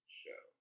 show